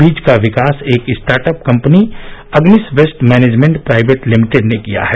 बीज का विकास एक startup company Agnis waste management private limited ने किया है